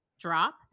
drop